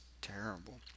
terrible